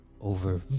over